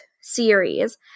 series